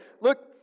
look